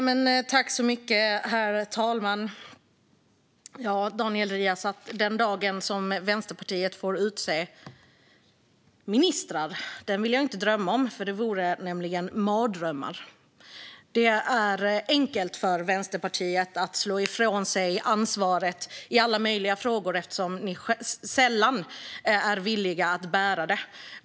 Herr talman! Ja, Daniel Riazat, jag vill inte drömma om den dag då Vänsterpartiet får utse ministrar. Det vore nämligen mardrömmar. Det är enkelt för er i Vänsterpartiet att slå ifrån er ansvaret i alla möjliga frågor eftersom ni sällan är villiga att bära det.